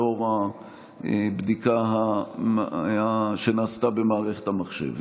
לאור הבדיקה שנעשתה במערכת המחשב.